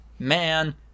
Man